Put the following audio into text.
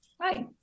Hi